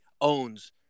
owns